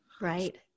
Right